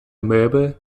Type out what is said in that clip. möbel